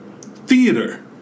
theater